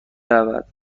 رود